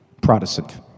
Protestant